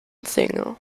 single